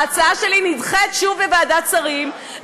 ההצעה שלי נדחית שוב בוועדת שרים,